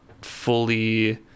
fully